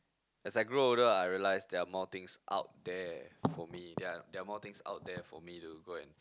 as I grow older I realised there are more things out there for me there are there are more things out there for me to go and